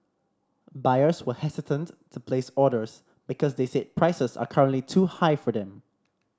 buyers were hesitant to place orders because they said prices are currently too high for them